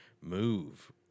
move